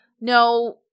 no